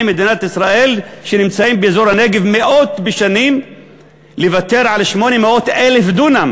מדינת ישראל שנמצאים באזור הנגב מאות שנים לוותר על 800,000 דונם